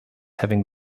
having